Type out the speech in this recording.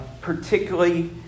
particularly